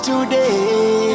Today